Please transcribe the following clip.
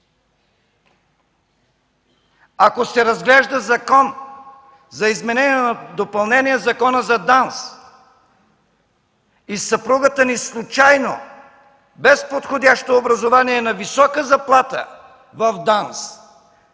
Ако се разглежда Закон за изменение и допълнение на Закона за ДАНС и съпругата ни случайно, без подходящо образование е на висока заплата в ДАНС,